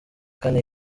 kane